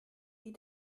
wie